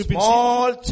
small